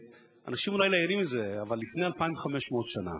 ואנשים אולי לא ערים לזה, אבל לפני 2,500 שנה